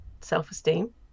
self-esteem